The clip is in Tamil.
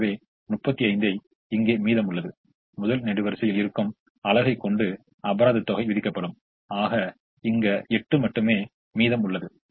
எனவே 35 இங்கே மீதமுள்ளது முதல் நெடுவரிசையில் இருக்கும் அலகை கொண்டு அபராத தொகை விதிக்கப்படும் ஆக இங்கு 8 மட்டுமே மீதம் உள்ளது